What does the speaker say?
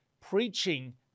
preaching